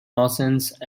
nonsense